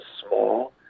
small